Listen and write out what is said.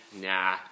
nah